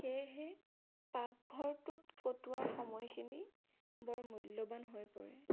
সেয়েহে পাকঘৰটোত কটোৱাৰ সময়খিনি বৰ মূল্যৱান হৈ পৰে